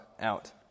out